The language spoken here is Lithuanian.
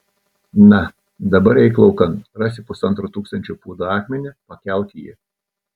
na dabar eik laukan rasi pusantro tūkstančio pūdų akmenį pakelk jį